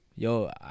Yo